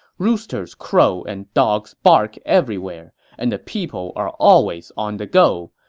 roosters crow and dogs bark everywhere, and the people are always on the go.